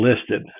listed